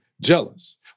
jealous